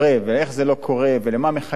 איך זה לא קורה ולמה מחכים.